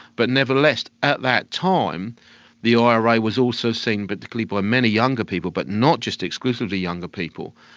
but nevertheless, at that time the ira was also seen particularly by many younger people but not just exclusively younger people,